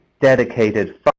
dedicated